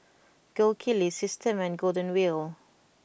Gold Kili Systema and Golden Wheel